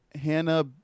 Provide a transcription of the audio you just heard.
hannah